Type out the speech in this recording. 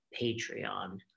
Patreon